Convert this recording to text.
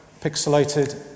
pixelated